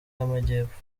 y’amajyepfo